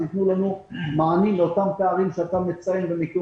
יתנו לנו מענים לאותם פערים שאתה מציין ומכיר